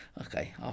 Okay